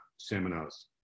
seminars